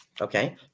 okay